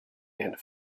and